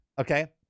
okay